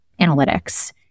analytics